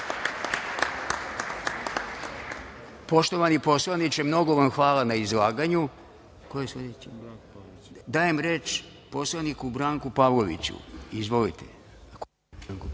Poštovani poslaniče, mnogo vam hvala na izlaganju. Reč dajem poslaniku Branku Pavloviću. Izvolite.